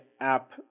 app